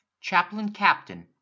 Chaplain-Captain